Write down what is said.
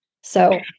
So-